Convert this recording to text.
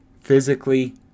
physically